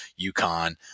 UConn